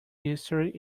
history